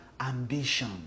ambition